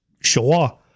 sure